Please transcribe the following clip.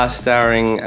starring